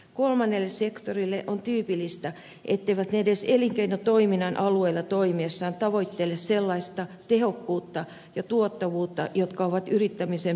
kolmannelle sektorille on tyypillistä ettei se edes elinkeinotoiminnan alueella toimiessaan tavoittele sellaista tehokkuutta ja tuottavuutta jotka ovat yrittämisen peruskiviä